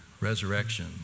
Resurrection